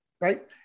right